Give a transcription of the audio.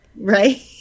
Right